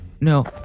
No